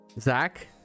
zach